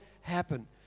happen